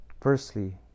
Firstly